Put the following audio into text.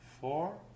four